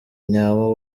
nyawo